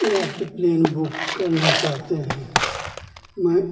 या फिर plane book करना चाहते हैं मैं